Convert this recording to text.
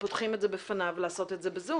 פותחים את זה בפניו לעשות את זה ב"זום".